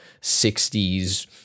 60s